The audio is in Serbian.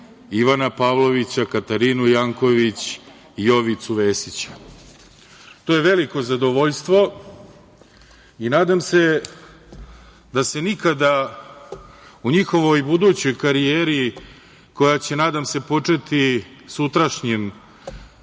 Ivana Pavlovića, Katarinu Janković, Jovicu Vesića. To je veliko zadovoljstvo i nadam se da se nikada u njihovoj budućoj karijeri koja će, nadam se, početi sutrašnjim